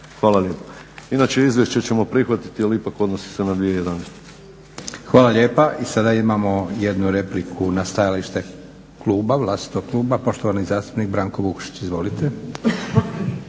Hvala lijepo. Inače izvješće ćemo prihvatiti, ali ipak odnosi se na 2011. **Leko, Josip (SDP)** Hvala lijepa. I sada imamo jednu repliku na stajalište kluba, vlastitog kluba, poštovani zastupnik Branko Vukšić. Izvolite.